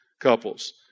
couples